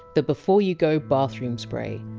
the before-you-go bathroom spray.